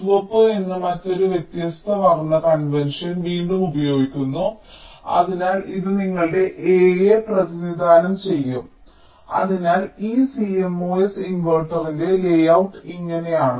ചുവപ്പ് എന്ന മറ്റൊരു വ്യത്യസ്ത വർണ്ണ കൺവെൻഷൻ വീണ്ടും ഉപയോഗിക്കുന്നു അതിനാൽ ഇത് നിങ്ങളുടെ എയെ പ്രതിനിധാനം ചെയ്യും അതിനാൽ ഈ CMOS ഇൻവെർട്ടറിന്റെ ലേഔട്ട് ഇങ്ങനെയാണ്